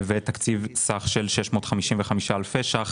תקציב סך של 655 אלפי שקלים